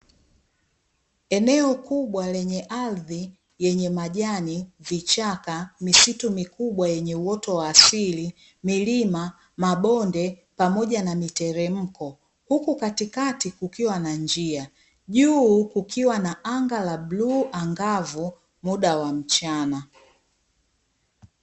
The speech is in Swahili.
Eneo kubwa lenye ardhi yenye majani, vichaka, misitu mikubwa yenye uoto wa asili, milima, mabonde, pamoja na miteremko huku katikati kukiwa na njia, juu kukiwa na anga la buluu angavu muda wa mchana.